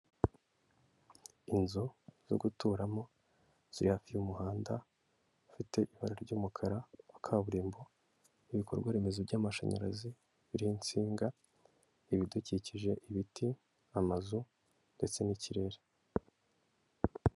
Inzu zo guturamo ziri hafi y'umuhanda ufite ibara ry'umukara wa kaburimbo, ibikorwa remezo by'mashanyarazi biriho insinga, ibidukikije, ibiti, amazu ndetse n'ikirere.